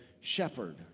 shepherd